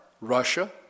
Russia